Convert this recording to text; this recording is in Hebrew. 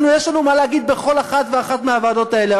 יש לנו מה להגיד בכל אחת ואחת מהוועדות האלה.